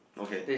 okay